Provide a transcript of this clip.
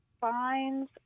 fines